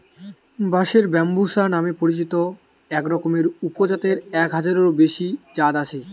বাঁশের ব্যম্বুসা নামে পরিচিত একরকমের উপজাতের এক হাজারেরও বেশি জাত আছে